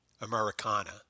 Americana